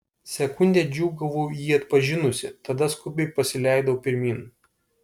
sekundę džiūgavau jį atpažinusi tada skubiai pasileidau pirmyn